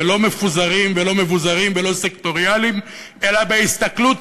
ולא מפוזרים ולא מבוזרים ולא סקטוריאליים אלא בהסתכלות